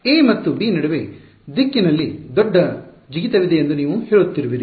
A ಮತ್ತು B ನಡುವೆ ದಿಕ್ಕಿನಲ್ಲಿ ದೊಡ್ಡ ಜಿಗಿತವಿದೆ ಎಂದು ನೀವು ಹೇಳುತ್ತಿರುವಿರಿ